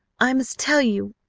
i must tell you!